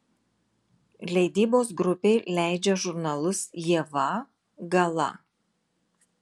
leidybos grupė leidžia žurnalus ieva gala